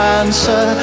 answer